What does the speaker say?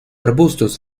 arbustos